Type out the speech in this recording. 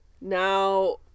now